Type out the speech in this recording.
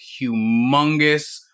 humongous